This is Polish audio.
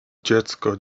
dziecko